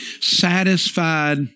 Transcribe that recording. satisfied